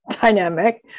dynamic